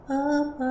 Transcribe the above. up